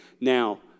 Now